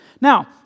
Now